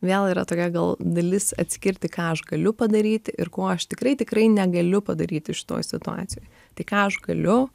vėl yra tokia gal dalis atskirti ką aš galiu padaryti ir ko aš tikrai tikrai negaliu padaryti šitoj situacijoj tai ką aš galiu